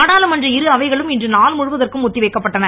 நாடாளுமன்ற இரு அவைகளும் இன்றும் நாள் முழுவதற்கும் ஒத்தி வைக்கப்பட்டன